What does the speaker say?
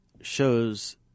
shows